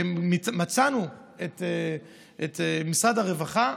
מצאנו את משרד הרווחה,